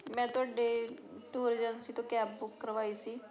ਮੈਂ ਤੁਹਾਡੇ tour agency ਤੋਂ ਕੈਬ ਬੁੱਕ ਕਰਵਾਈ ਸੀ